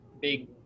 big